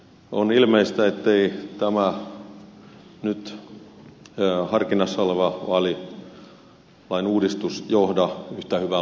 on ilmeistä ettei tämä nyt harkinnassa oleva vaalilain uudistus johda yhtä hyvään lopputulokseen